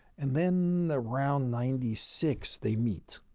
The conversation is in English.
and then around ninety six, they meet.